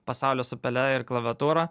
pasaulį su pele ir klaviatūra